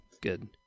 Good